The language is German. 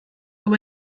über